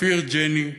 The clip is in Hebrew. אופיר גיני,